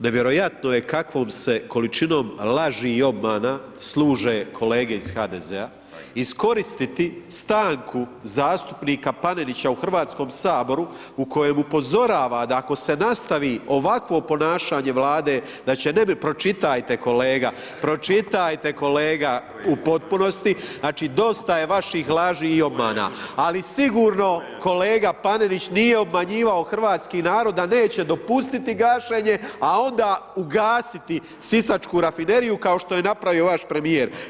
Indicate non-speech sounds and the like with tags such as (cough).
Nevjerojatno je kakvom se količinom laži i obmana služe kolege iz HDZ-a, iskoristiti stanku zastupnika Panenića u Hrvatskom saboru u kojemu upozorava da ako se nastavi ovakvo ponašanje Vlade, da će, ... (unintelligible) pročitajte kolega, pročitajte kolega u potpunosti, znači, dosta je vaših laži i obmana, ali sigurno kolega Panenić nije obmanjivao hrvatski narod da neće dopustiti gašenje, a onda ugasiti sisačku rafineriju kao što je napravio vaš premijer.